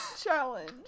challenge